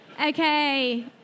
Okay